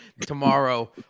tomorrow